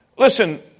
Listen